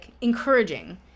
encouraging